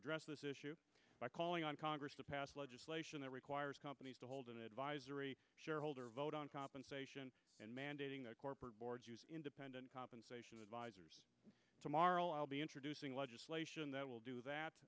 address this issue by calling on congress to pass legislation that requires companies to hold an advisory shareholder vote on compensation and mandating corporate boards independent compensation advisers tomorrow i'll be introducing legislation that will do that